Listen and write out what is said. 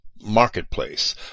marketplace